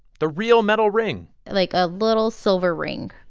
the real metal ring like, a little silver ring.